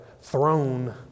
throne